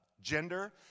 gender